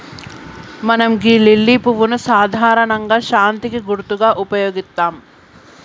మనం గీ లిల్లీ పువ్వును సాధారణంగా శాంతికి గుర్తుగా ఉపయోగిత్తం